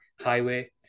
highway